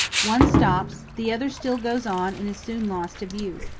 one stops the other still goes on and is soon lost to view.